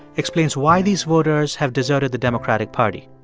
explains why these voters have deserted the democratic party.